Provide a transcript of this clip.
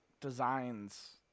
designs